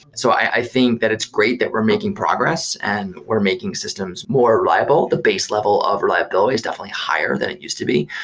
so i think that it's great that we're making progress and we're making systems more reliable. the base level of reliability is definitely higher than it used to be.